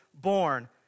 born